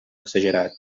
exagerat